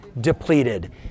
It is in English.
depleted